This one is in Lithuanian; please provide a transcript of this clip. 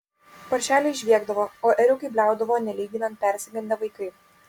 paršeliai žviegdavo o ėriukai bliaudavo nelyginant persigandę vaikai